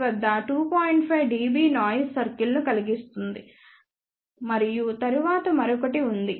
5 dB noise సర్కిల్ను కలుస్తుంది మరియు తరువాత మరొకటి ఉంది